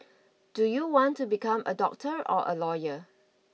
do you want to become a doctor or a lawyer